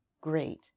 great